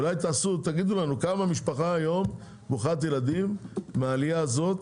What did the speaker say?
אולי תגידו לנו כמה משפחה היום ברוכת ילדים מהעלייה הזאת